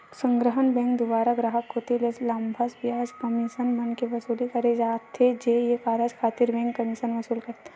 संग्रहन बेंक दुवारा गराहक कोती ले लाभांस, बियाज, कमीसन मन के वसूली करे जाथे ये कारज खातिर बेंक कमीसन वसूल करथे